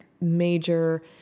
major